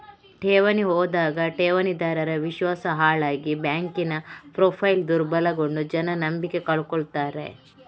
ಠೇವಣಿ ಹೋದಾಗ ಠೇವಣಿದಾರರ ವಿಶ್ವಾಸ ಹಾಳಾಗಿ ಬ್ಯಾಂಕಿನ ಪ್ರೊಫೈಲು ದುರ್ಬಲಗೊಂಡು ಜನ ನಂಬಿಕೆ ಕಳ್ಕೊತಾರೆ